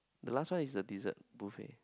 the last one is the dessert buffet